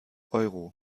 euro